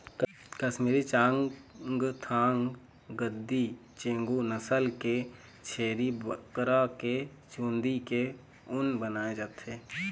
कस्मीरी, चाँगथाँग, गद्दी, चेगू नसल के छेरी बोकरा के चूंदी के ऊन बनाए जाथे